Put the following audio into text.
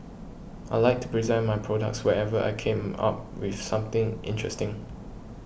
I like to present my products whenever I come up with something interesting